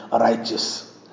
righteous